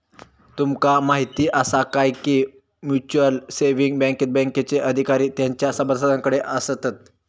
तुमका म्हायती आसा काय, की म्युच्युअल सेविंग बँकेत बँकेचे अधिकार तेंच्या सभासदांकडे आसतत